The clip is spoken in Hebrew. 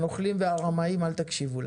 לנוכלים ולרמאים אל תקשיבו.